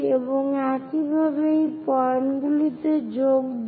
এবং একইভাবে এই পয়েন্টগুলিতে যোগ দিন